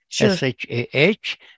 S-H-A-H